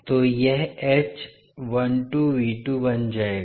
तो यह बन जाएगा